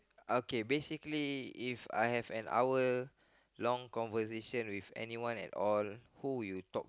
okay basically If I have an hour long conversation with anyone at all who would you talk